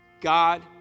God